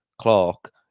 Clark